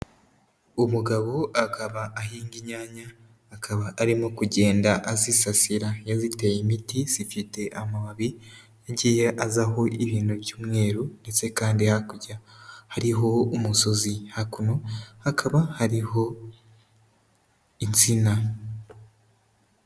Umugabo akaba ahinga inyanya, akaba arimo kugenda azisasira yaziteye imiti, zifite amababi yagiye aza aho ibintu by'umweru ndetse kandi hakurya hariho umusozi, hakuno hakaba hariho insina.